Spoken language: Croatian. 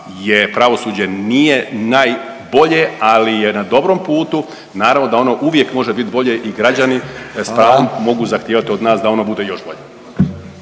je pravosuđe nije najbolje, ali je na dobrom putu. Naravno da ono uvijek može bit bolje i građani s pravom …/Upadica RAdin: Hvala./… mogu zahtijevati od nas da ono bude još bolje.